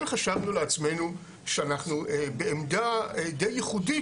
חשבנו לעצמנו שאנחנו בעמדה די ייחודית,